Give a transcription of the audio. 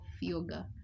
yoga